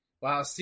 Wow